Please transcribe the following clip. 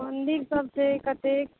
मन्दिर सब छै कतेक